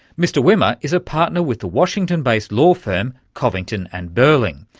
mr wimmer is a partner with the washington-based law firm covington and burling.